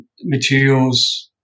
materials